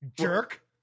jerk